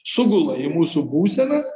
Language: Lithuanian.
sugula į mūsų būseną